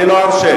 אני לא ארשה.